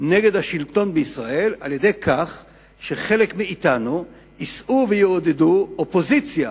נגד השלטון בישראל על-ידי כך שחלק מאתנו ייסעו ויעודדו אופוזיציה